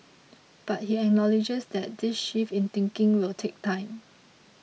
but he acknowledges that this shift in thinking will take time